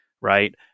right